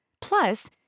Plus